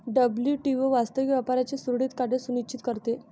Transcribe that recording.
WTO वास्तविक व्यापाराचे सुरळीत कार्य सुनिश्चित करते